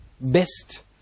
best